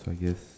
okay